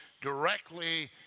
directly